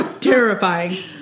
Terrifying